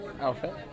outfit